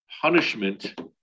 punishment